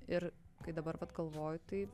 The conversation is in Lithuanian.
ir kai dabar vat galvoju tai